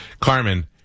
Carmen